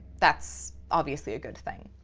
that's obviously a good thing,